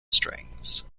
strings